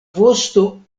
vosto